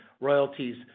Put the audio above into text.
royalties